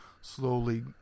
slowly